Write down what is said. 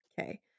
okay